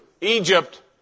Egypt